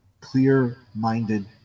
clear-minded